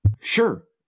Sure